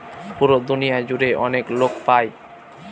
পুরো দুনিয়া জুড়ে অনেক লোক পাই